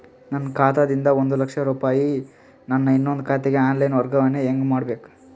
ನನ್ನ ಖಾತಾ ದಿಂದ ಒಂದ ಲಕ್ಷ ರೂಪಾಯಿ ನನ್ನ ಇನ್ನೊಂದು ಖಾತೆಗೆ ಆನ್ ಲೈನ್ ವರ್ಗಾವಣೆ ಹೆಂಗ ಮಾಡಬೇಕು?